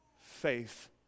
faith